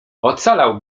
ocalał